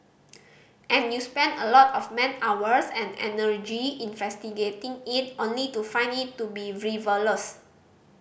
and you spend a lot of man hours and energy investigating it only to find it to be frivolous